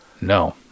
No